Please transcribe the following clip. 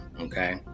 Okay